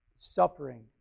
Suffering